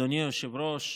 אדוני היושב-ראש,